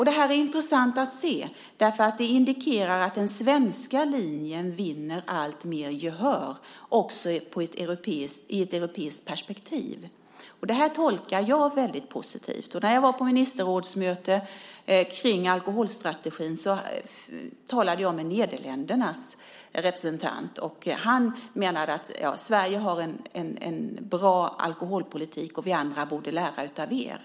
Det här är intressant att se därför att det indikerar att den svenska linjen alltmer vinner gehör också i ett europeiskt perspektiv. Detta tolkar jag väldigt positivt. När jag var på ministerrådsmöte om alkoholstrategin talade jag med Nederländernas representant. Han sade: Sverige har en bra alkoholpolitik. Vi andra borde lära av er.